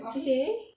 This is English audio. C_C_A